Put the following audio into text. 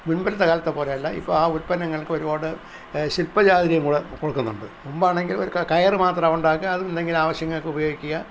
മുൻപിലത്തെ കാലത്തെപ്പോലെ അല്ല ഇപ്പോൾ ആ ഉത്പന്നങ്ങൾക്കൊരുപാട് ശിൽപ ചാതുര്യം കൂടി കൊടുക്കുന്നുണ്ട് മുമ്പാണെങ്കിൽ ഒരു ക കയർ മാത്രമുണ്ടാക്കുക അത് എന്തെങ്കിലും ആവശ്യങ്ങൾക്ക് ഉപയോഗിക്കുക